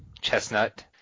chestnut